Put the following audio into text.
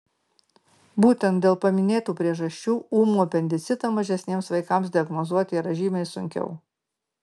būtent dėl paminėtų priežasčių ūmų apendicitą mažesniems vaikams diagnozuoti yra žymiai sunkiau